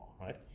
right